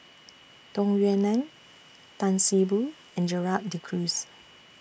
Tung Yue Nang Tan See Boo and Gerald De Cruz